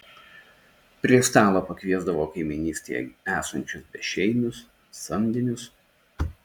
prie stalo pakviesdavo kaimynystėje esančius bešeimius samdinius